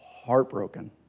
heartbroken